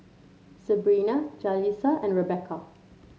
Sebrina Jalissa and Rebecca